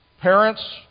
Parents